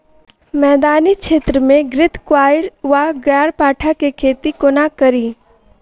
मैदानी क्षेत्र मे घृतक्वाइर वा ग्यारपाठा केँ खेती कोना कड़ी?